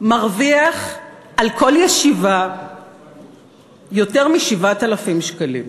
מרוויח על כל ישיבה יותר מ-7,000 שקלים.